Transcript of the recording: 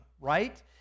right